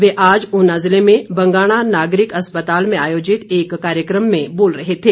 वे आज उना जिले में बंगाणा नागरिक अस्पताल में आयोजित एक कार्यक्रम में बोल रहे थे